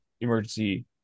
emergency